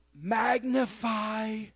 magnify